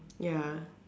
ya